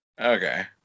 okay